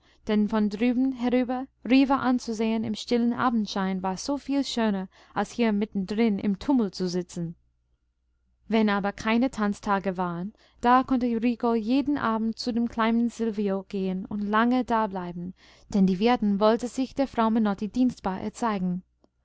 denn von drüben herüber riva anzusehen im stillen abendschein war so viel schöner als hier mittendrin im tumult zu sitzen wenn aber keine tanztage waren da konnte rico jeden abend zu dem kleinen silvio gehen und lange da bleiben denn die wirtin wollte sich der frau menotti dienstbar erzeigen